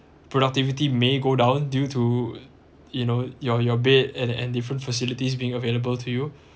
productivity may go down due to you know your your bed and and different facilities being available to you